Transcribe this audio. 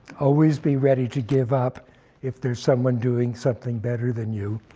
always be ready to give up if there's someone doing something better than you,